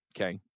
okay